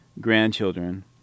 grandchildren